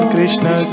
Krishna